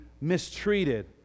mistreated